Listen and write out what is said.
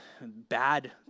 bad